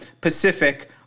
Pacific